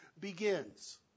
begins